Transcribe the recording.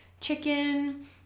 chicken